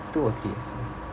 two or three years